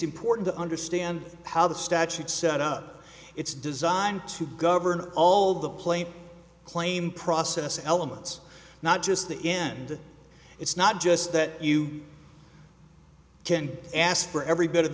important to understand how the statute set up it's designed to govern all the plain claim process elements not just the end it's not just that you can ask for every bit of